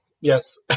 Yes